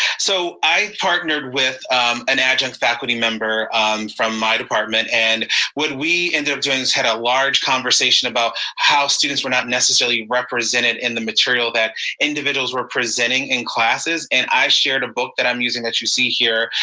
so i partnered with an adjunct faculty member from my department, and when we ended up doing is had a large conversation about how students were not necessarily represented in the material that individuals were presenting in classes. and i shared a book that i'm using that you see here,